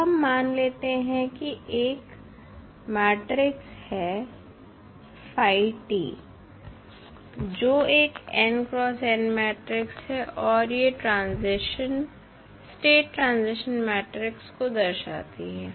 अब हम मान लेते हैं कि एक मैट्रिक्स है जो एक मैट्रिक्स है और ये स्टेट ट्रांजिशन मैट्रिक्स को दर्शाती है